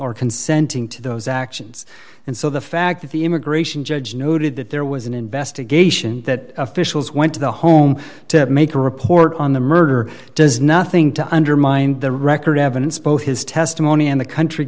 or consenting to those actions and so the fact that the immigration judge noted that there was an investigation that officials went to the home to make a report on the murder does nothing to undermine the record evidence both his testimony and the country